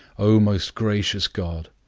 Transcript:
o most gracious god,